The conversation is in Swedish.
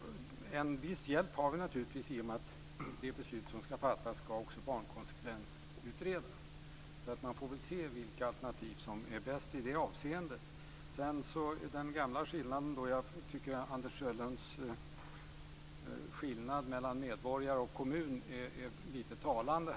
Vi har naturligtvis en viss hjälp av att det beslut som skall fattas också skall barnkonsekvensutredas. Vi får väl se vilka alternativ som är bäst i det avseendet. Jag tycker att den skillnad som Anders Sjölund gör mellan medborgare och kommun är lite talande.